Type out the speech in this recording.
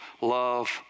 love